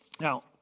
Now